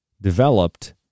developed